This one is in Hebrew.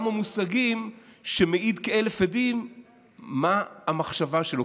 המושגים שמעיד כאלף עדים מה המחשבה שלו,